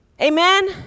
Amen